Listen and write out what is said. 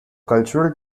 cultural